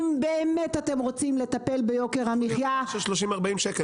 אם באמת אתם רוצים לטפל ביוקר המחיה --- איפה פער של 40-30 שקל?